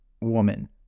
woman